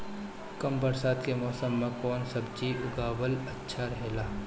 कम बरसात के मौसम में कउन सब्जी उगावल अच्छा रहेला?